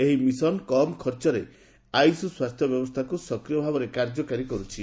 ଏହି ମିଶନ କମ୍ ଖର୍ଚ୍ଚରେ ଆୟୁଷ ସ୍ୱାସ୍ଥ୍ୟ ବ୍ୟବସ୍ଥା ସକ୍ରିୟ ଭାବରେ କାର୍ଯ୍ୟକାରୀ କରୁଛି